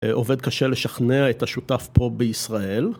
עובד קשה לשכנע את השותף פה בישראל.